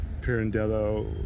Pirandello